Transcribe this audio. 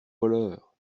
voleurs